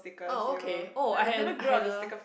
oh okay oh I had an I had a